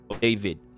David